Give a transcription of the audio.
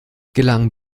gelang